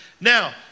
Now